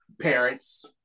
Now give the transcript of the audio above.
parents